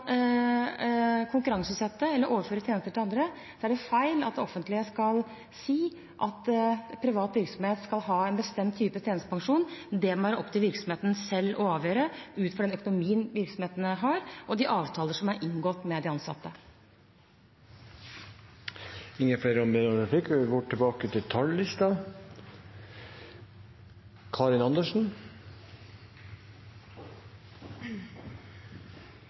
konkurranseutsette eller overføre tjenester til andre, er det feil at det offentlige skal si at privat virksomhet skal ha en bestemt type tjenestepensjon. Det må det være opp til virksomheten selv å avgjøre ut fra den økonomien virksomheten har, og de avtaler som er inngått med de